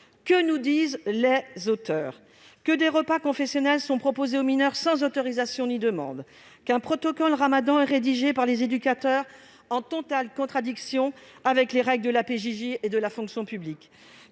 Que nous disent leurs auteurs ? Que des repas confessionnels sont proposés aux mineurs sans autorisation ni demande ; qu'un protocole ramadan est rédigé par les éducateurs, en totale contradiction avec les règles de la protection judiciaire